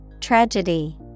Tragedy